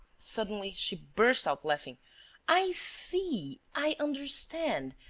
suddenly she burst out laughing i see! i understand!